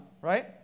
right